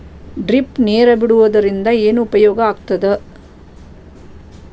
Drip ನೇರ್ ಬಿಡುವುದರಿಂದ ಏನು ಉಪಯೋಗ ಆಗ್ತದ?